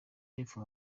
y’epfo